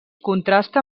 contrasta